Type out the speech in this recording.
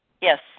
Yes